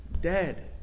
Dead